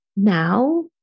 now